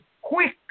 quick